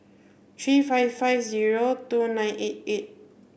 three five five zero two nine eight eight